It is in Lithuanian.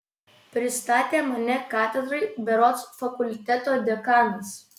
pristatė mane katedrai berods fakulteto dekanas